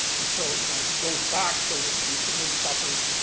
and so you know he goes back, so to speak, and then suffers,